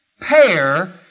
pair